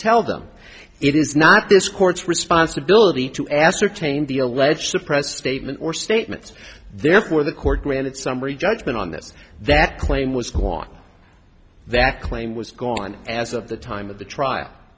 tell them it is not this court's responsibility to ascertain the alleged suppress statement or statements therefore the court granted summary judgment on this that claim was the one that claim was gone as of the time of the trial